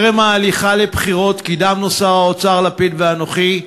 טרם ההליכה לבחירות קידמנו, שר האוצר לפיד ואנוכי,